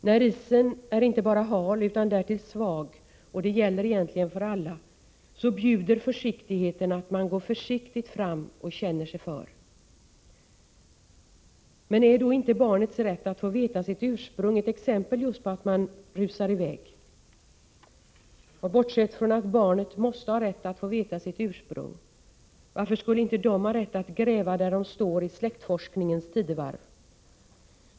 När isen är inte bara hal utan därtill svag — och det gäller egentligen alla — så bjuder försiktigheten att man går varsamt fram och känner sig för. Men är då inte barnets rätt att få veta sitt ursprung ett exempel just på att man rusar i väg? Bortsett från att barnen måste ha rätt att få veta sitt ursprung — varför skulle inte de ha rätt att gräva där de står i släktforskningens tidevarv?